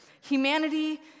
Humanity